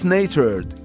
Natured